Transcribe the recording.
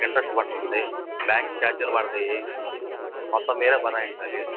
interest పడతుంది bank చార్జీలు పడతాయి మొత్తం మీరే భరించాలి